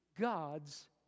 God's